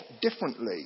differently